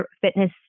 fitness